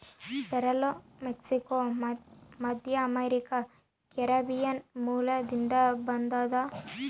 ಪೇರಲ ಮೆಕ್ಸಿಕೋ, ಮಧ್ಯಅಮೇರಿಕಾ, ಕೆರೀಬಿಯನ್ ಮೂಲದಿಂದ ಬಂದದನಾ